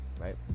Right